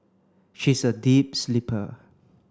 she is a deep sleeper